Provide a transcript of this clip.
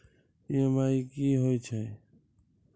EMI कि होय छै?